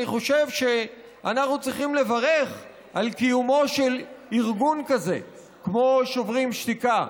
אני חושב שאנחנו צריכים לברך על קיומו של ארגון כזה כמו שוברים שתיקה.